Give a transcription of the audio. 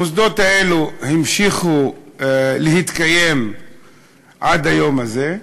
המוסדות האלו המשיכו להתקיים עד היום הזה.